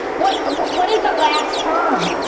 what ah what what is the last term?